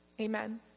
Amen